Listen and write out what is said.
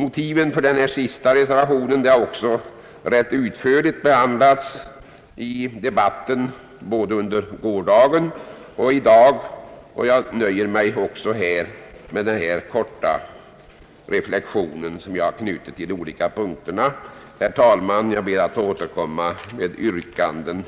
Motiven för denna reservation har rätt utförligt behandlats i debatten både under gårdagen och i dag, och jag nöjer mig därför med dessa ord. | Herr talman! Jag ber att få återkomma med yrkanden